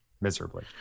miserably